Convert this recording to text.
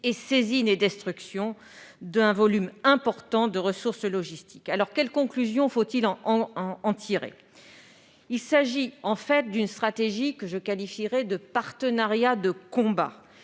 saisine et destruction d'un volume important de ressources logistiques. Quelles conclusions faut-il en tirer ? Cette stratégie, que je qualifierais de partenariat de combat,